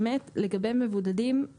באמת לגבי מבודדים,